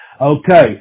Okay